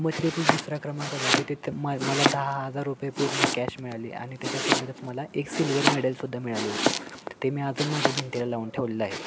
मग तिथे तू दुसरा क्रमांकाला तिथे मग मला दहा हजार रुपये पूर्ण कॅश मिळाली आणि त्याच्यासोबतच मला एक सिल्वर मेडलसुद्धा मिळाले होतं ते मी अजून माझ्या भिंतीला लावून ठेवलेलं आहे